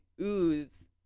ooze